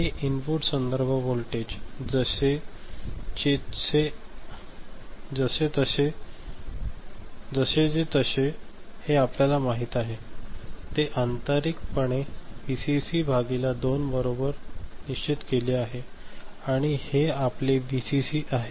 हे इनपुट संदर्भ व्होल्टेज आहे जसे चेतसे हे आपल्याला माहिती आहे हे आंतरिकपणे व्हीसीसी भागिले 2 बरोबर निश्चित केले आहे आणि हे आपले व्हीसीसी आहे